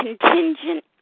contingent